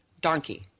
donkey